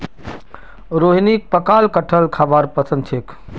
रोहिणीक पकाल कठहल खाबार पसंद छेक